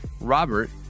Robert